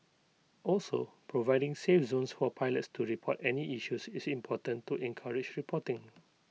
also providing safe zones for pilots to report any issues is important to encourage reporting